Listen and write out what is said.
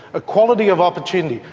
equality of opportunity.